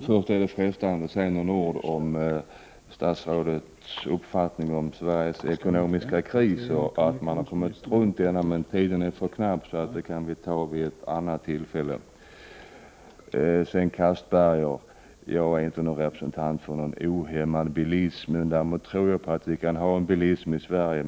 Herr talman! Det är frestande att säga några ord om statsrådets uppfattning om Sveriges ekonomiska kris och att man har kommit runt denna. Tiden är dock för knapp, så det kan vi ta upp vid ett annat tillfälle. Jag vill säga till Anders Castberger att jag inte är någon representant för en ohämmad bilism. Däremot tror jag att vi kan ha en bilism i Sverige.